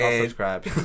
Subscribe